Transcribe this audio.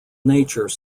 nature